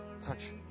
touch